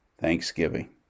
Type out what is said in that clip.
Thanksgiving